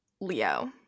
Leo